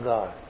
God